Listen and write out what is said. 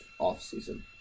offseason